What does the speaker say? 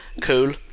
cool